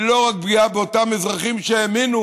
היא לא רק פגיעה באותם אזרחים שהאמינו